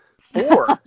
four